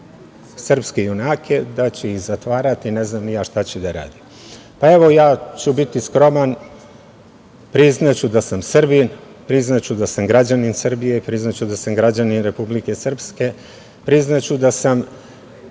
srpske junake, da će ih zatvarati, ne znam ni ja šta će da rade. Evo, biću skroman, priznaću da sam Srbin, priznaću da sam građanin Srbije, priznaću da sam građanin Republike Srpske. Priznaću da sam